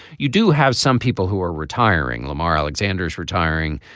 you do have some people who are retiring lamar alexander is retiring.